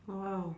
!wow!